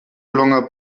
longer